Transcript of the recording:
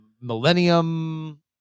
millennium